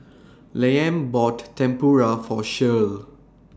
Liam bought Tempura For Shirl